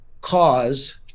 cause